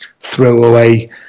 throwaway